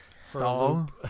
Stall